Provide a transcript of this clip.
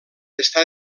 està